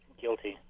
guilty